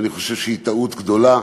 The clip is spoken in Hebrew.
שאני חושב שיש טעות גדולה: